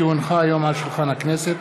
כי הונחו היום על שולחן הכנסת,